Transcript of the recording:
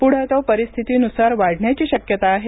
पुढे तो परिस्थिती नुसार वाढण्याची शक्यता आहे